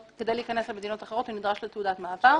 כדי להיכנס למדינות אחרות הוא נדרש לתעודת מעבר.